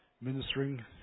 ministering